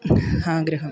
ആഗ്രഹം